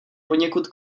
poněkud